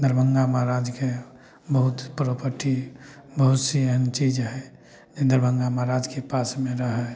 दरभंगा महाराजके बहुत प्रॉपर्टी बहुत सी एहन चीज हइ जे दरभंगा महाराजके पासमे रहय